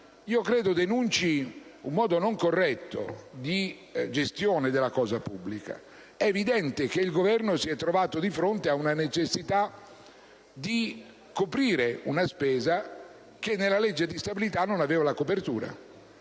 credo denunci un modo non corretto di gestione della cosa pubblica. È evidente che il Governo si è trovato di fronte alla necessità di coprire una spesa che nella legge di stabilità non aveva copertura.